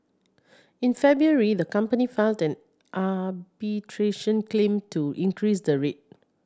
in February the company filed an arbitration claim to increase the rate